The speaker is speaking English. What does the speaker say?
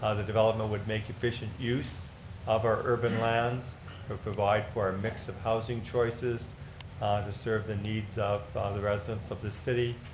ah the development would make efficient use of our urban lands. they'll provide for our mix of housing choices to serve the needs of the residents of this city.